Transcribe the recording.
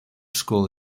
school